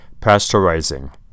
Pasteurizing